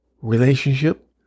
relationship